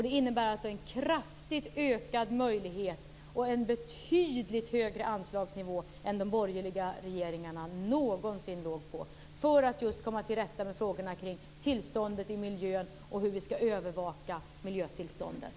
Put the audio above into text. Det innebär en kraftigt ökad möjlighet och en betydligt högre anslagsnivå än vad de borgerliga regeringarna någonsin låg på. Detta gör vi just för att komma till rätta med frågorna kring tillståndet i miljön och hur vi skall övervaka miljötillståndet.